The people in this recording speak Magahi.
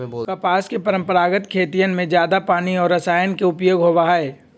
कपास के परंपरागत खेतियन में जादा पानी और रसायन के उपयोग होबा हई